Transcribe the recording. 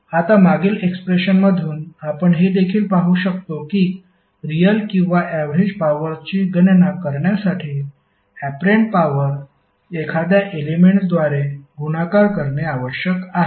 आता मागील एक्सप्रेशनमधून आपण हे देखील पाहू शकतो की रियल किंवा ऍवरेज पॉवरची गणना करण्यासाठी ऍपरंट पॉवर एखाद्या एलेमेंट्सद्वारे गुणाकार करणे आवश्यक आहे